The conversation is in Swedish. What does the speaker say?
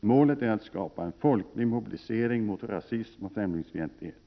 Målet är att skapa en folklig mobilisering mot rasism och främlingsfientlighet.